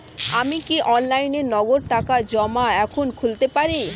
আমি কি অনলাইনে নগদ টাকা জমা এখন খুলতে পারি?